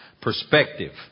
Perspective